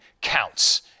counts